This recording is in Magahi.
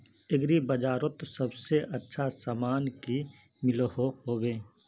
एग्री बजारोत सबसे अच्छा सामान की मिलोहो होबे?